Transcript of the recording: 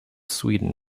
sweden